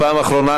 פעם אחרונה,